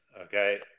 okay